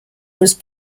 was